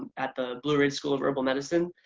at the blue ridge school of herbal medicine,